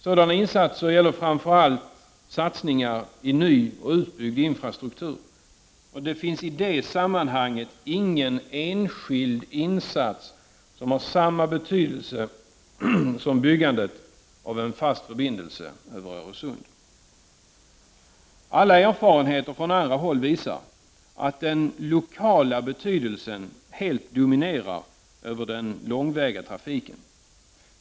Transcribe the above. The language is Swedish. Sådana insatser gäller framför allt satsningar i ny och utbyggd infrastruktur. Det finns i det sammanhanget ingen enskild insats som har samma betydelse som byggandet av en fast förbindelse över Öresund. Alla erfarenheter från andra håll visar att den lokala betydelsen helt dominerar över den långväga trafiken.